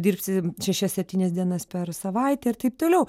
dirbsi šešias septynias dienas per savaitę ir taip toliau